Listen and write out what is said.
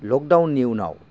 लकडाउननि उनाव